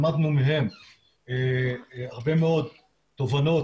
למדנו מהם הרבה מאוד תובנות.